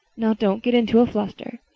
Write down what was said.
now, don't get into a fluster.